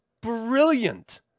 brilliant